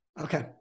Okay